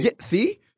See